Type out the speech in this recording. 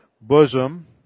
bosom